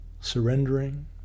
surrendering